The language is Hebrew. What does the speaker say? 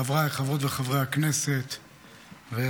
חבריי חברות וחברי הכנסת והשר,